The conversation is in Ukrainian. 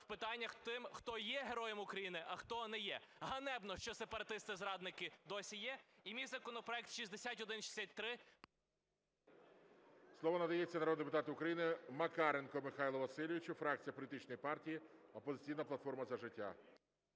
в питаннях, хто є героєм України, а хто не є. Ганебно, що сепаратисти, зрадники досі є. І мій законопроект 6163… ГОЛОВУЮЧИЙ. Слово надається народному депутату України Макаренку Михайлу Васильовичу, фракція політичної партії "Опозиційна платформа - За життя".